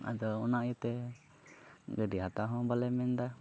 ᱟᱫᱚ ᱚᱱᱟ ᱤᱭᱟᱹᱛᱮ ᱜᱟᱹᱰᱤ ᱦᱟᱛᱟᱣ ᱦᱚᱸ ᱵᱟᱞᱮ ᱢᱮᱱ ᱮᱫᱟ